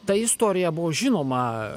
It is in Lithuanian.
ta istorija buvo žinoma